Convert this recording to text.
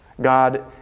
God